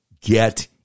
get